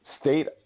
state